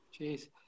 jeez